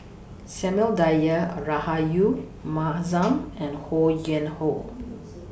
Samuel Dyer Are Rahayu Mahzam and Ho Yuen Hoe